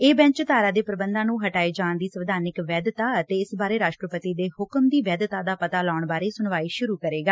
ਇਹ ਬੈਂਚ ਧਾਰਾ ਦੇ ਪ੍ਰੰਬਾਂ ਨੂੰ ਹਟਾਏ ਜਾਣ ਦੀ ਸੰਵਿਧਾਨਿਕ ਵੈਧਤਾ ਅਤੇ ਇਸ ਬਾਰੇ ਰਾਸਟਰਪਤੀ ਦੇ ਹੁਕਮ ਦੀ ਵੈਧਤਾ ਦਾ ਪਤਾ ਲਾਉਣ ਬਾਰੇ ਸੁਣਵਾਈ ਸੁਰੂ ਕਰੇਗਾ